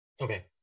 Okay